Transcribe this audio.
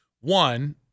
one